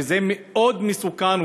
וזה מאוד מסוכן,